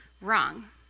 wrong